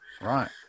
Right